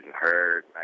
hurt